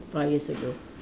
five years ago